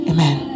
Amen